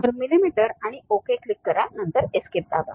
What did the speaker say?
तर मिलीमीटर आणि okay click करा नंतर एस्केप दाबा